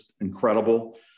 incredible